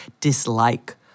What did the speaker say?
dislike